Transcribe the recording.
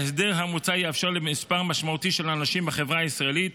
ההסדר המוצע יאפשר למספר משמעותי של אנשים בחברה הישראלית